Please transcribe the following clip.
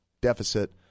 deficit